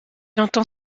entend